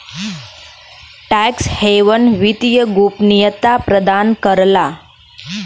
tax haven वित्तीय गोपनीयता प्रदान करला